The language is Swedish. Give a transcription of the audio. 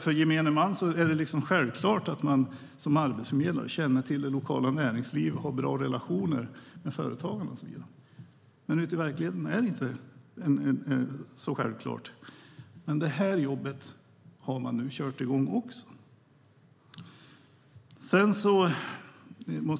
För gemene man är det liksom självklart att man som arbetsförmedlare känner till det lokala näringslivet, har bra relationer till företagarna och så vidare. Ute i verkligheten är det inte så självklart. Men även det jobbet har man nu kört igång.